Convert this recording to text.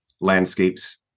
landscapes